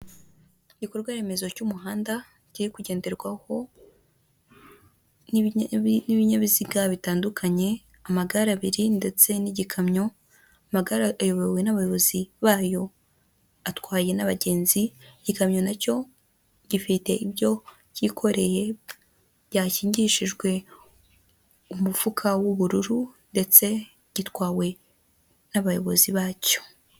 Igikorwa remezo cy'umuhanda kiri kugenderwaho n'ibinyabiziga bitandukanye, amagare abiri ndetse n'igikamyo, amagare ayobowe n'abayobozi bayo atwaye n'abagenzi, igikamyo na cyo gifite ibyo kikoreye byakingishijwe umufuka w'ubururu ndetse gitwawe n'abayobozi bacyo.